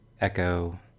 echo